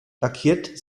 lackiert